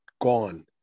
gone